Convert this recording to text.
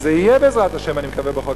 אז זה יהיה, בעזרת השם, אני מקווה, בחוק.